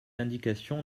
indication